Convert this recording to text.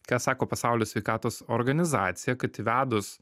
ką sako pasaulio sveikatos organizacija kad įvedus